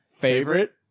favorite